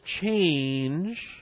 change